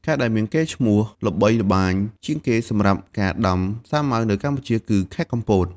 ខេត្តដែលមានកេរ្តិ៍ឈ្មោះល្បីល្បាញជាងគេសម្រាប់ការដាំសាវម៉ាវនៅកម្ពុជាគឺ ខេត្តកំពត។